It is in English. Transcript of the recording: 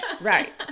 Right